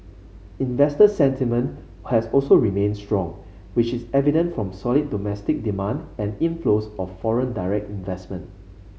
investor sentiment has also remained strong which is evident from solid domestic demand and inflows of foreign direct investment